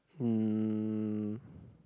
um